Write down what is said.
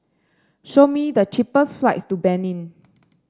show me the cheapest flights to Benin